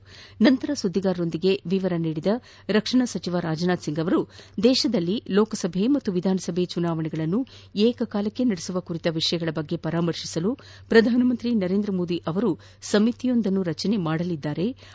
ಸಭೆಯ ನಂತರ ಸುದ್ದಿಗಾರರಿಗೆ ವಿವರ ನೀಡಿದ ರಕ್ಷಣಾ ಸಚಿವ ರಾಜನಾಥ್ ಸಿಂಗ್ ದೇಶದಲ್ಲಿ ಲೋಕಸಭೆ ಮತ್ತು ವಿಧಾನಸಭೆ ಚುನಾವಣೆಯನ್ನು ಏಕಕಾಲಕ್ಕೆ ನಡೆಸುವ ಕುರಿತ ವಿಷಯಗಳ ಬಗ್ಗೆ ಪರಾಮರ್ಶಿಸಲು ಪ್ರಧಾನಮಂತ್ರಿ ನರೇಂದ್ರ ಮೋದಿ ಅವರು ಸಮಿತಿಯೊಂದನ್ನು ರಚನೆ ಮಾಡಲಿದ್ದಾರೆ ಎಂದು ತಿಳಿಸಿದರು